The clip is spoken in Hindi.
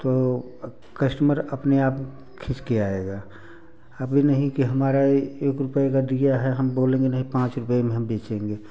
तो कस्टमर अपने आप खींच कर आएगा अब ये नहीं कि हमारा एक रुपये का दीया है हम बोलेंगे नहीं पाँच रुपये में हम बेचेंगे